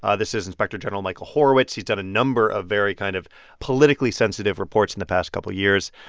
ah this is inspector general michael horowitz. he's done a number of very kind of politically sensitive reports in the past couple of years.